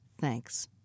Thanks